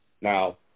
Now